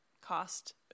cost